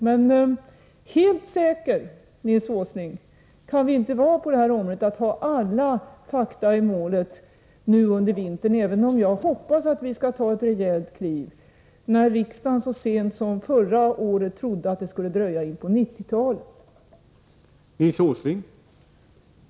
Men helt säkra kan vi inte vara, Nils Åsling, på att ha alla fakta i målet nu under vintern, även om jag hoppas att vi skall ta ett rejält kliv — riksdagen trodde så sent som förra året att det skulle dröja in på 1990-talet.